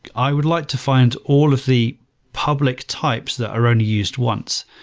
i would like to find all of the public types that are only used once.